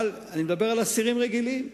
אבל אני מדבר על אסירים רגילים שעברו,